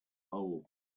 hole